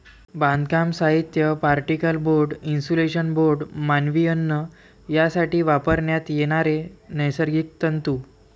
बांधकाम साहित्य, particle board, insulation board, मानवी अन्न यासाठी वापरण्यात येणारे नैसर्गिक तंतू